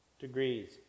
degrees